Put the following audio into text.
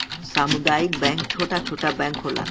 सामुदायिक बैंक छोटा छोटा बैंक होला